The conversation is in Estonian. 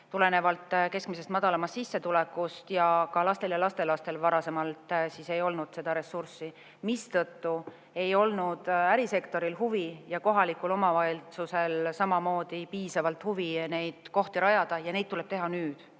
tulenevalt keskmisest madalamast sissetulekust. Ja ka lastel ja lastelastel varasemalt ei olnud seda ressurssi, mistõttu ei olnud ärisektoril ja kohalikul omavalitsusel samamoodi piisavalt huvi neid kohti rajada. Neid tuleb teha nüüd.